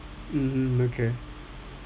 mmhmm okay